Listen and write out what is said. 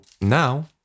now